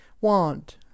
want